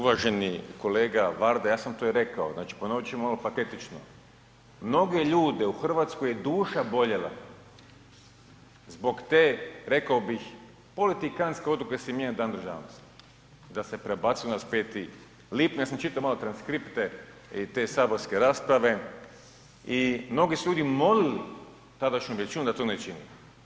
Uvaženi kolega Varda ja sam to i rekao, znači ponovit ćemo ono patetično, mnoge ljude u Hrvatskoj je duša boljela zbog te rekao bih politikantske odluke da se mijenja Dan državnosti, da se prebacuje na 25. lipnja, ja sam čitao malo transkripte i te saborske rasprave i mnogi su ljudi molili tadašnju većinu da to ne čini.